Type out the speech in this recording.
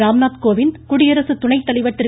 ராம்நாத்கோவிந்த் குடியரசு துணை தலைவர் திரு